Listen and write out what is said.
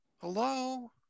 Hello